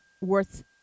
worth